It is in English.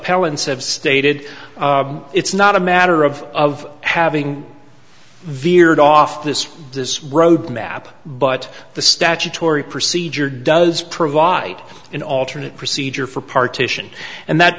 appellants have stated it's not a matter of of having veered off this this road map but the statutory procedure does provide an alternate procedure for partition and that